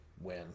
win